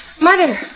Mother